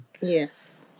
Yes